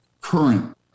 current